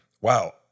wow